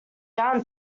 down